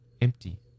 empty